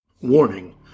Warning